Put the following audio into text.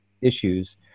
issues